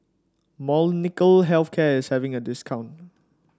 Molnylcke Health Care saving a discount